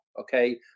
Okay